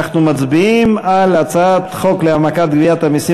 אנחנו מצביעים על הצעת חוק להעמקת גביית המסים